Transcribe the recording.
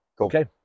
Okay